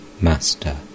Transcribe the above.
Master